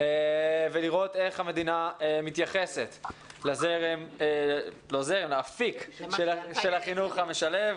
ולראות איך המדינה מתייחסת לאפיק של החינוך המשלב.